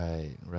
Right